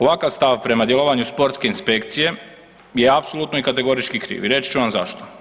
Ovakav stav prema djelovanju sportske inspekcije je apsolutno i kategorički kriv i reći ću vam zašto.